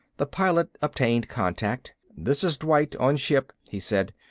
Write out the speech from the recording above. the pilot obtained contact. this is dwight, on ship, he said.